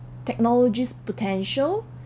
technology's potential